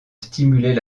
stimuler